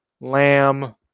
lamb